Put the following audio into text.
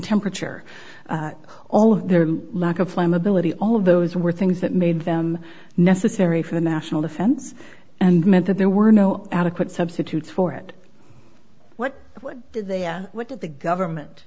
temperature all of their lack of flammability all of those were things that made them necessary for national defense and meant that there were no adequate substitute for it what what did they what did the government